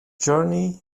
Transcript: journey